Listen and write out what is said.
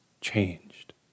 changed